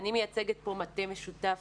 אני מייצגת כאן מטה משותף